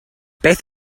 beth